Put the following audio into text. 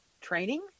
Training